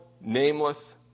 nameless